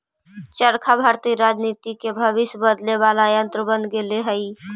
चरखा भारतीय राजनीति के भविष्य बदले वाला यन्त्र बन गेले हई